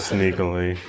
Sneakily